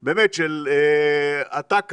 של איך אתה אומר?